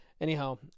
Anyhow